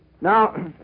Now